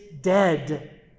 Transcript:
dead